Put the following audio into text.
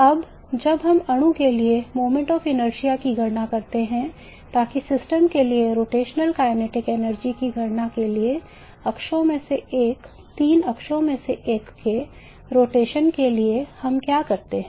अब जब हम इस अणु के लिए moments of inertia की गणना करते हैं ताकि सिस्टम के लिए रोटेशनल गतिज ऊर्जा की गणना के लिए अक्षों में से एक तीन अक्षों में से एक के रोटेशन के लिए हम क्या करते हैं